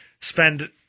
spend